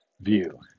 view